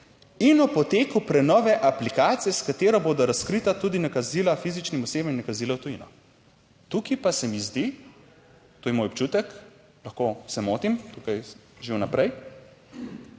"In o poteku prenove aplikacije, s katero bodo razkrita tudi nakazila fizičnim osebam in nakazila v tujino". Tukaj pa se mi zdi, to je moj občutek, lahko se motim, tukaj že vnaprej,